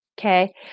Okay